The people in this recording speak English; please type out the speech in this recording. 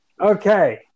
Okay